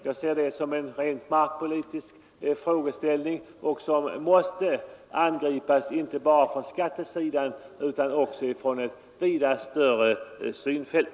Jag ser det som en rent markpolitisk frågeställning, som måste angripas inte bara från skattesidan utan också från ett vida större synfält.